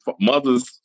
mothers